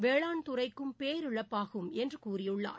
வேளாண் துறைக்கும் பேரிழப்பாகும் என்று கூறியுள்ளார்